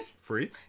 free